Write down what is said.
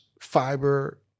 fiber